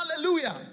Hallelujah